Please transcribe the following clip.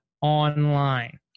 online